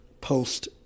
post